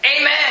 Amen